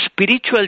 spiritual